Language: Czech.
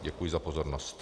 Děkuji za pozornost.